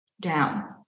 down